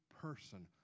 person